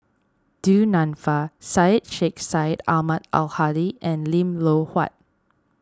Du Nanfa Syed Sheikh Syed Ahmad Al Hadi and Lim Loh Huat